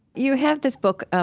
you have this book, um